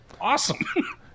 Awesome